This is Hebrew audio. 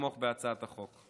לתמוך בהצעת החוק.